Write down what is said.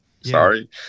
Sorry